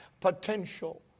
potential